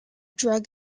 drug